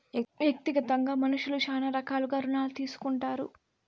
వ్యక్తిగతంగా మనుష్యులు శ్యానా రకాలుగా రుణాలు తీసుకుంటారు